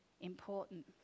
important